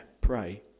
pray